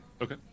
okay